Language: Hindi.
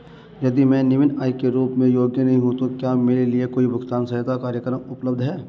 यदि मैं निम्न आय के रूप में योग्य नहीं हूँ तो क्या मेरे लिए कोई भुगतान सहायता कार्यक्रम उपलब्ध है?